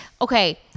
okay